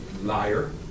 Liar